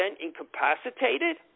incapacitated